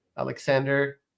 Alexander